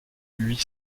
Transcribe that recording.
huit